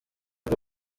bwo